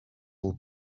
will